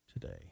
today